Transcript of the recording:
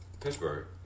Pittsburgh